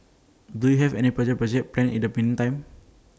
do you have any projects planned in the meantime